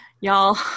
Y'all